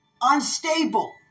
unstable